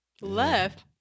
Left